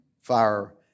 fire